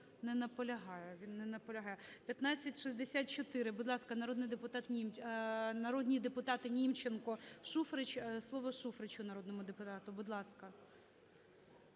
не наполягає. 1564. Будь ласка, народні депутатиНімченко, Шуфрич. Слово Шуфричу, народному депутату. Будь ласка.